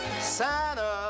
Santa